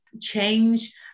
change